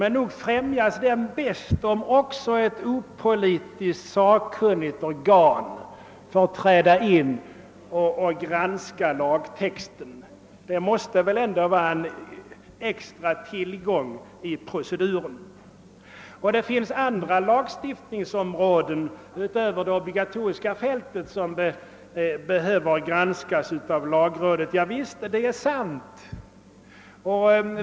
Men nog främjas den bäst om också ett opolitiskt sakkunnigt organ får träda in och granska lagtexten. Det måste väl ändå vara en extra tillgång i proceduren. Det sades också att det finns andra lagstiftningsområden utöver det obligatoriska fältet som behöver granskas av lagrådet. Ja visst, det är sant.